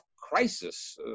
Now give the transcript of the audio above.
crisis